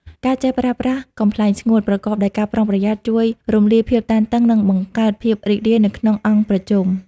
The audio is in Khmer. ការចេះប្រើប្រាស់ "កំប្លែងស្ងួត" ប្រកបដោយការប្រុងប្រយ័ត្ន ជួយរំលាយភាពតានតឹង និងបង្កើតភាពរីករាយនៅក្នុងអង្គប្រជុំ។